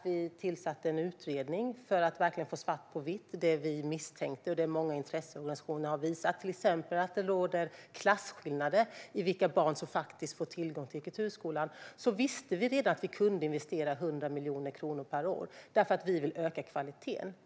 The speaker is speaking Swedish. Vi tillsatte en utredning för att få svart på vitt det vi misstänkte och som många intresseorganisationer har visat: att det råder klasskillnader i vilka barn som får tillgång till kulturskolan. Samtidigt visste vi redan att vi kunde investera 100 miljoner kronor per år för att öka kvaliteten.